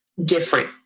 different